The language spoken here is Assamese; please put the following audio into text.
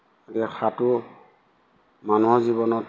যে সাঁতোৰ মানুহৰ জীৱনত